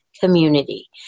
community